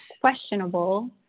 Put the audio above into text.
questionable